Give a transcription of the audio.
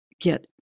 get